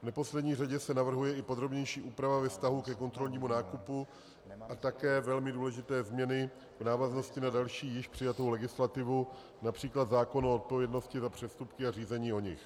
V neposlední řadě se navrhuje i podrobnější úprava ve vztahu ke kontrolnímu nákupu a také velmi důležité změny v návaznosti na další, již přijatou legislativu, například zákon o odpovědnosti za přestupky a řízení o nich.